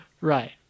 Right